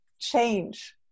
change